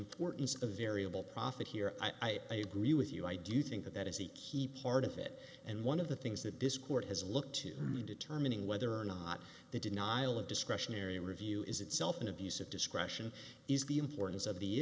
importance of variable profit here i agree with you i do think that is a key part of it and one of the things that this court has looked to determining whether or not the denial of discretionary review is itself an abuse of discretion is the